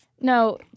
No